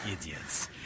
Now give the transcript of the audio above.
idiots